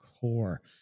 core